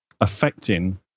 affecting